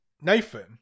Nathan